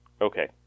Okay